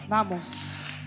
Vamos